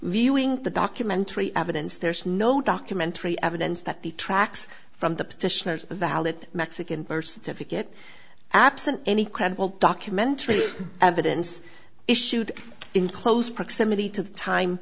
viewing the document three evidence there is no documentary evidence that the tracks from the petitioners a valid mexican birth certificate absent any credible documentary evidence issued in close proximity to t